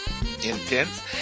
intense